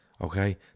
Okay